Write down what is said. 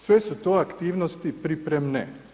Sve su to aktivnosti pripremne.